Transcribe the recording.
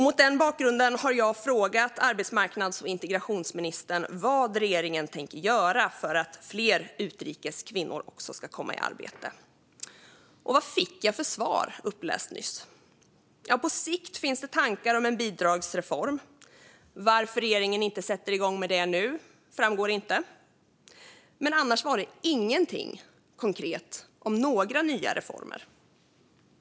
Mot denna bakgrund har jag frågat arbetsmarknads och integrationsministern vad regeringen tänker göra för att fler utrikes födda kvinnor ska komma i arbete. Vad fick jag för svar uppläst nyss? Jo, på sikt finns tankar om en bidragsreform. Varför regeringen inte sätter igång med den nu framgår inte. Annars fanns det inget konkret om nya reformer.